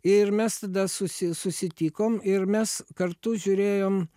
ir mes tada susi susitikom ir mes kartu žiūrėjom